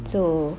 so